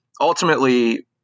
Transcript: ultimately